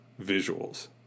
visuals